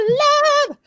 love